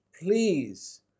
Please